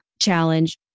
challenge